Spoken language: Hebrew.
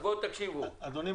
אז בואו תקשיבו --- אדוני,